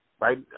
Right